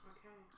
Okay